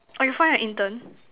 or you find an intern